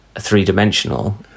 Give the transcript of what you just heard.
three-dimensional